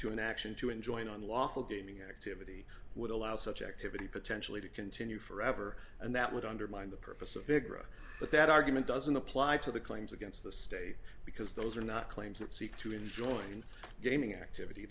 to an action to enjoin on lawful gaming activity would allow such activity potentially to continue forever and that would undermine the purpose of figaro but that argument doesn't apply to the claims against the state because those are not claims that seek to enjoy in gaming activity